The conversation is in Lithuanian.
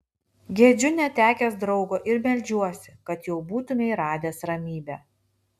gedžiu netekęs draugo ir meldžiuosi kad jau būtumei radęs ramybę